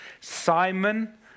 Simon